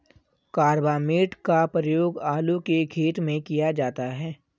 carbamate का प्रयोग आलू के खेत में किया जाता है